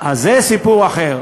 אז זה סיפור אחר.